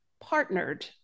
partnered